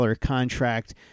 contract